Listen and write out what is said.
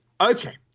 Okay